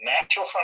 natural